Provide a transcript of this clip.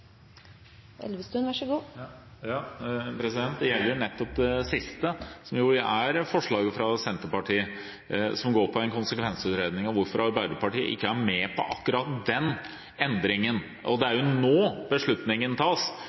Det gjelder nettopp det siste, som er forslaget fra Senterpartiet som går ut på en konsekvensutredning, og hvorfor Arbeiderpartiet ikke er med på akkurat denne endringen, for det er nå beslutningen tas.